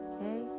okay